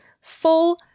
full